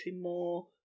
more